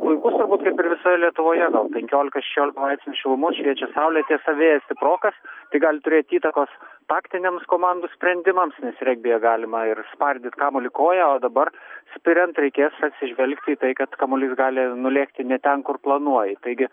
puikus turbūt kaip visoje lietuvoje gal penkiolika šešiolika laipsnių šilumos šviečia saulė tiesa vėjas stiprokas tai gali turėt įtakos taktiniams komandų sprendimams nes regbyje galima ir spardyt kamuolį koja o dabar spiriant reikės atsižvelgti į tai kad kamuolys gali nulėkti ne ten kur planuoji taigi